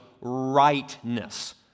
rightness